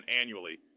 annually